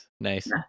nice